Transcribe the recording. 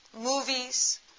movies